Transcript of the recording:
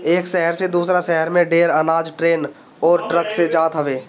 एक शहर से दूसरा शहर में ढेर अनाज ट्रेन अउरी ट्रक से जात हवे